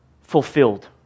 fulfilled